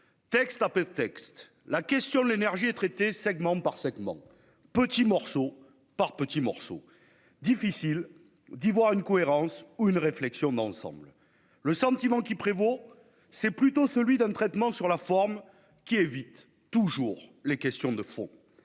Texte après texte, la question de l'énergie est traitée segment par segment, petit morceau par petit morceau. Il est donc difficile d'entrevoir une cohérence ou une réflexion d'ensemble. Le sentiment qui prévaut est celui d'un traitement sur la forme, qui évite toujours les questions de fond.